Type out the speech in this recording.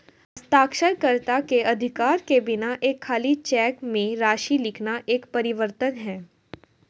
हस्ताक्षरकर्ता के अधिकार के बिना एक खाली चेक में राशि लिखना एक परिवर्तन है